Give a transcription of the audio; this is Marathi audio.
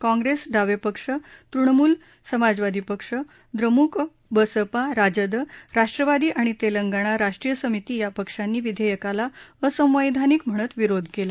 काँग्रेस डावे पक्ष तृणमूल समाजवादी पक्ष द्रमुक बसपा राजद राष्ट्रवादी आणि तेलंगणा राष्ट्रीय समिती या पक्षांनी विधेयकाला असंवध्यानिक म्हणत विरोध केला